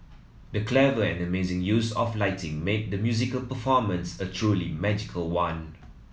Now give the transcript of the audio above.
the clever and amazing use of lighting made the musical performance a truly magical one